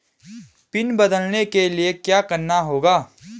Pin बदलने के लिए क्या करना होगा?